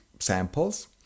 samples